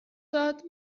داد